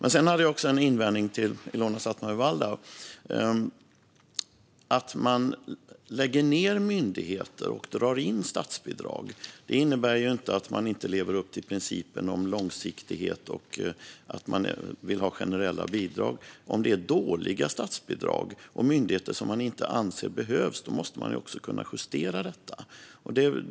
Jag har också en invändning till Ilona Szatmari Waldau. Att man lägger ned myndigheter och drar in statsbidrag innebär inte att man inte lever upp till principen om långsiktighet och att man inte vill ha generella bidrag. Om det är dåliga statsbidrag och myndigheter som man inte anser behövs måste man också kunna justera detta.